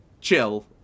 chill